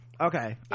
okay